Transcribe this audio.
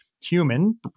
human